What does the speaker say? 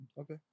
Okay